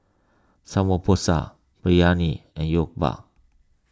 Samgyeopsal Biryani and Jokbal